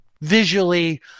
visually